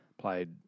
played